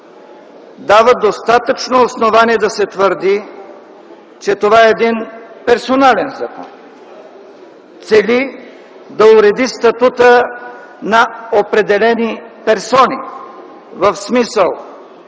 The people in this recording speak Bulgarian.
дава достатъчно основание да се твърди, че това е един персонален закон. Цели да уреди статута на определени персони, в смисъл